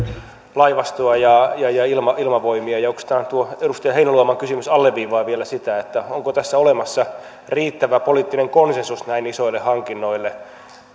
laivastoon ja ja ilmavoimiin oikeastaan tuo edustaja heinäluoman kysymys alleviivaa vielä sitä onko tässä olemassa riittävä poliittinen konsensus näin isoille hankinnoille